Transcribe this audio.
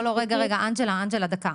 לא, לא אנג'לה דקה.